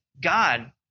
God